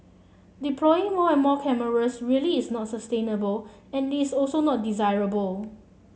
deploying more and more cameras really is not sustainable and it's also not desirable